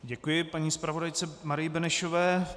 Děkuji paní zpravodajce Marii Benešové.